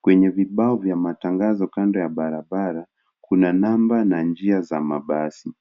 kwenye vibao vya matangazo kando ya barabara kuna namba na njia za mabasi.